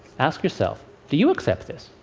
ask yourself do you accept this?